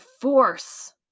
force